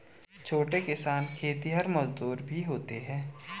छोटे किसान खेतिहर मजदूर भी होते हैं